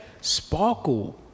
Sparkle